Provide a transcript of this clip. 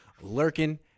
lurking